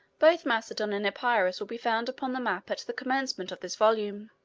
both macedon and epirus will be found upon the map at the commencement of this volume.